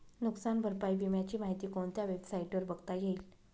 नुकसान भरपाई विम्याची माहिती कोणत्या वेबसाईटवर बघता येईल?